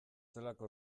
delako